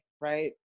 Right